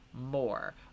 more